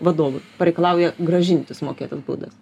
vadovui pareikalauja grąžinti sumokėtas baudas